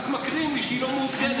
ואז מקריאים לי שהיא לא מעודכנת.